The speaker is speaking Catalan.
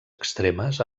extremes